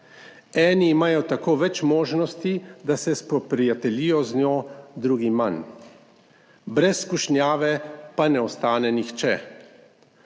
Eni imajo tako več možnosti, da se spoprijateljijo z njo, drugi manj, brez skušnjave pa ne ostane nihče.